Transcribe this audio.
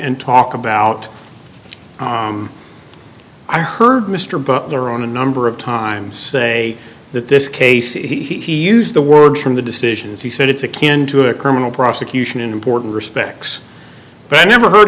and talk about i heard mr butler on a number of times say that this case he used the words from the decisions he said it's akin to a criminal prosecution in important respects but i never heard